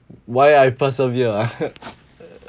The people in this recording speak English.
why I persevere ah